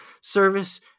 service